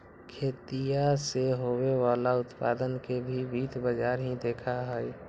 खेतीया से होवे वाला उत्पादन के भी वित्त बाजार ही देखा हई